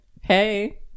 Hey